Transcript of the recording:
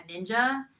Ninja